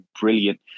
brilliant